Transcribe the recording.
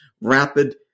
rapid